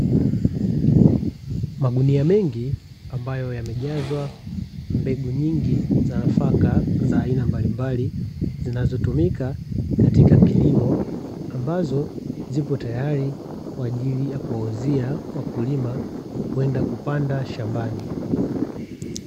Magunia mengi ambayo yamejazwa mbegu nyingi za nafaka za aina mbalimbali zinazotumika katika kilimo, ambazo ziko tayari kwa ajili ya kuwauzia wakulima kwenda kupanda shambani.